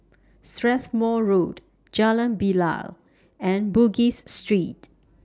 Strathmore Road Jalan Bilal and Bugis Street